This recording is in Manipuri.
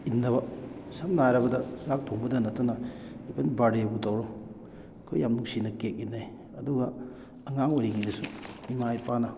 ꯏꯟꯅꯕ ꯁꯝꯅ ꯍꯥꯏꯔꯕꯗ ꯆꯥꯛ ꯊꯣꯡꯕꯗ ꯅꯠꯇꯅ ꯏꯕꯟ ꯕꯥꯔꯗꯦꯕꯨ ꯇꯧꯔꯣ ꯑꯩꯈꯣꯏ ꯌꯥꯝ ꯅꯨꯡꯁꯤꯅ ꯀꯦꯛ ꯏꯟꯅꯩ ꯑꯗꯨꯒ ꯑꯉꯥꯡ ꯑꯣꯏꯔꯤꯉꯩꯗꯁꯨ ꯏꯃꯥ ꯏꯄꯥꯅ